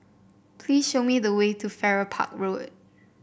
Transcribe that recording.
please show me the way to Farrer Park Road